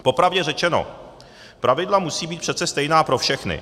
Po pravdě řečeno, pravidla musí být přece stejná pro všechny.